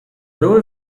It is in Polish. były